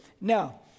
Now